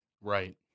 Right